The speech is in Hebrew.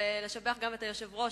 ולשבח גם את היושב-ראש,